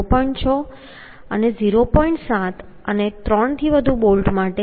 7 અને 3 થી વધુ બોલ્ટ માટે 0